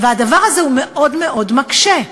והדבר הזה מאוד מאוד מקשה.